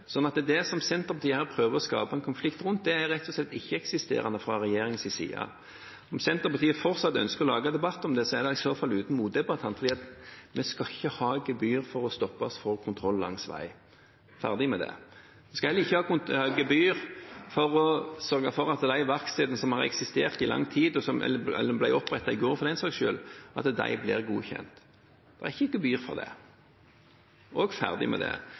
det går det ikke an å si det. Det som Senterpartiet her prøver å skape en konflikt rundt, er rett og slett ikke-eksisterende fra regjeringens side. Om Senterpartiet fortsatt ønsker å lage debatt om det, er det i så fall uten motdebattant, for vi skal ikke ha gebyr for å stoppes for kontroll langs vei – ferdig med det. Vi skal heller ikke ha gebyr for å sørge for at de verkstedene som har eksistert i lang tid – eller som ble opprettet i går, for den saks skyld – blir godkjent. Det er ikke gebyr for det – ferdig med det